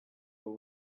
what